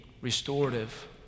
restorative